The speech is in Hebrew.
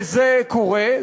זה קורה.